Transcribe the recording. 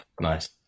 nice